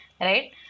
right